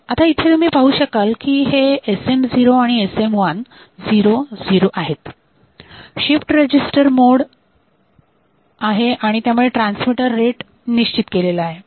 येथे पाहू शकाल की हे SM0 SM1 0 0 आहेत शिफ्ट रजिस्टर मोड आहे आणि त्यामुळे ट्रान्समीटर रेट निश्चित केलेला असतो